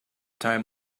time